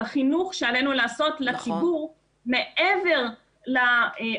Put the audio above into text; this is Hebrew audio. על החינוך שעלינו לעשות לציבור מעבר לאכיפה.